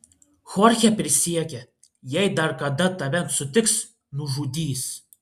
chorchė prisiekė jei dar kada tave sutiks nužudys